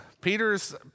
Peter's